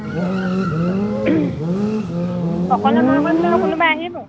অকলে মই কৰিম নে আৰু কোনোবা আহিব